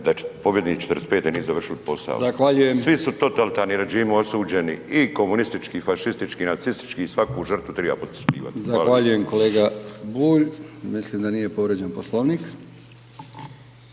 je pobjednici '45. nisu završili posao. Svi su totalitarni režim osuđeni i komunistički i fašistički i nacistički i svaku žrtvu triba … /Govornik